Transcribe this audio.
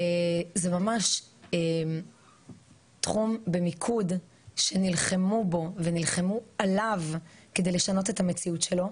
זה ממש תחום במיקוד שנלחמו בו ונלחמו עליו כדי לשנות את המציאות שלו,